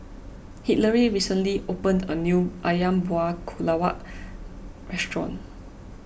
Hillary recently opened a new Ayam Buah Keluak Restaurant